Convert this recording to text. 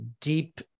deep